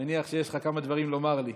אני מניח שיש לך כמה דברים לומר לי.